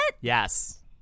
Yes